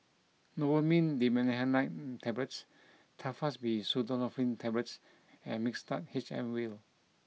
Novomin Dimenhydrinate Tablets Telfast D Pseudoephrine Tablets and Mixtard H M Vial